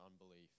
unbelief